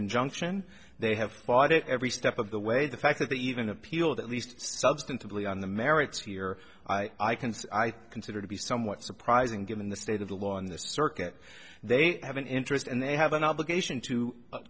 injunction they have fought it every step of the way the fact that they even appealed at least substantively on the merits here i can consider to be somewhat surprising given the state of the law in this circuit they have an interest and they have an obligation to